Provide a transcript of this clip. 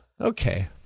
okay